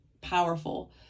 powerful